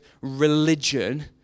religion